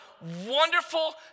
wonderful